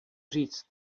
říct